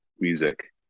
music